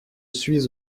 suis